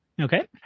Okay